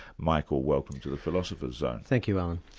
michael welcome to the philosopher's zone. thank you, alan.